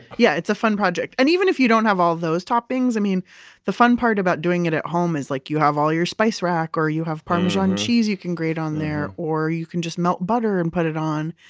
yeah, it's a fun project. and even if you don't have all those toppings, i mean the fun part about doing it at home is like you have all your spice rack or you have parmesan cheese you can grate on there or you can just melt butter and put it on.